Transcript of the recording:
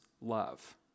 love